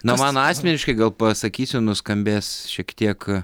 na man asmeniškai gal pasakysiu nuskambės šiek tiek